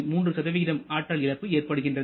3 ஆற்றல் இழப்பு ஏற்படுகிறது